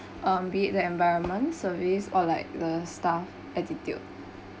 uh be it the environment service or like the staff attitude